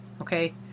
okay